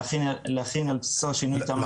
להכין על בסיסו השני תמ"מ.